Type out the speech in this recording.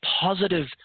positive